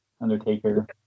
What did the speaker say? Undertaker